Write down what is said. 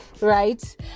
right